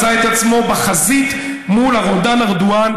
מצא את עצמו בחזית מול הרודן ארדואן,